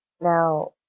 now